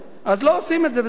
אז לא עושים את זה, וזה חבל.